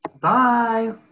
Bye